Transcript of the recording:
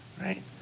right